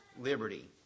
liberty